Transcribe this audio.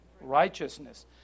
righteousness